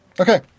Okay